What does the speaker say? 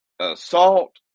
assault